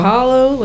Hollow